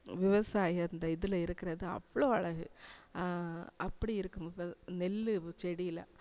விவசாயம் இந்த இதில் இருக்கிறது அவ்வளோ அழகு அப்படி இருக்கும் நெல் செடியில்